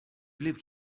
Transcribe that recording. lived